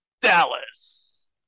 Dallas